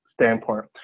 standpoint